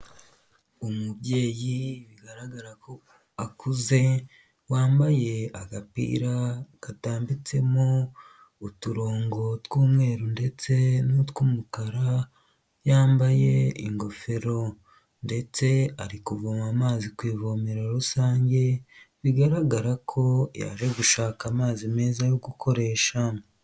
Umubyeyi bigaragara ko akuze wambaye agapira gatambitsemo uturongo tw'umweru, ndetse n'utw'umukara yambaye ingofero, ndetse ari kuvoma amazi ku ivomero rusange bigaragara ko yaje gushaka amazi meza yo gukoresha.